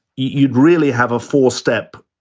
you'd really have a four step.